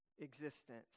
existence